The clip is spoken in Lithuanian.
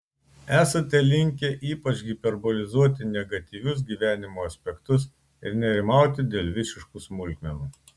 esate linkę ypač hiperbolizuoti negatyvius gyvenimo aspektus ir nerimauti dėl visiškų smulkmenų